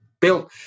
bill